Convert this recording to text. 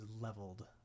leveled